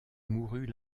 mourut